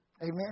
Amen